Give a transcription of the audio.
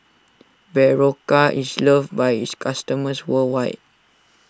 Berocca is loved by its customers worldwide